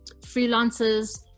freelancers